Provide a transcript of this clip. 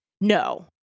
no